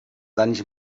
danys